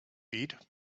eat